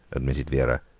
admitted vera,